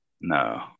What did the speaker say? No